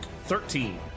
Thirteen